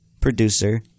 producer